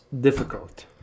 difficult